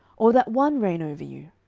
or that one reign over you?